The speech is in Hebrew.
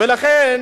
ולכן